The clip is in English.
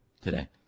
today